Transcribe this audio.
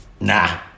nah